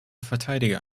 verteidiger